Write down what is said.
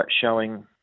showing